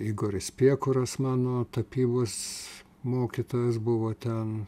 igoris piekuras mano tapybos mokytojas buvo ten